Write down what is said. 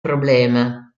problema